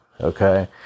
okay